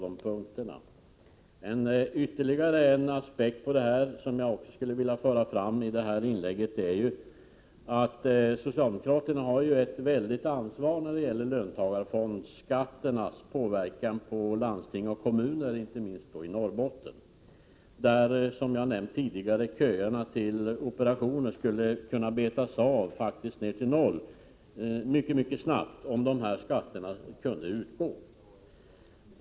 En ytterligare aspekt som jag skulle vilja få fram i detta inlägg är att socialdemokraterna har ett stort ansvar när det gäller löntagarfondsskatternas påverkan på landsting och kommuner inte minst i Norrbotten där, som jag har nämnt tidigare, köerna till operationer skulle kunna betas av till noll mycket snabbt, om dessa skåtter utgick.